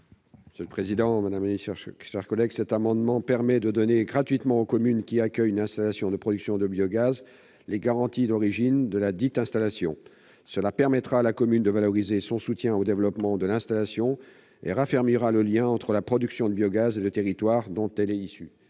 ainsi libellé : La parole est à M. le rapporteur. Cet amendement vise à donner gratuitement à la commune qui accueille une installation de production de biogaz les garanties d'origine de ladite installation. Cette mesure permettra à la commune de valoriser son soutien au développement de l'installation et raffermira le lien entre la production de biogaz et le territoire dont elle est issue.